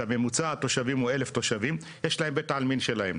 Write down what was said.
שממוצע התושבים הוא 1,000 תושבים יש להם בית עלמין שלהם.